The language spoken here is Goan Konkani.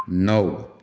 णव